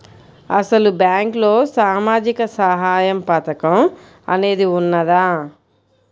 అసలు బ్యాంక్లో సామాజిక సహాయం పథకం అనేది వున్నదా?